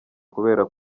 kubera